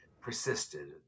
persisted